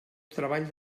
treball